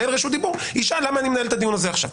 רשות דיבור ישאל למה אני מנהל את הדיון הזה עכשיו.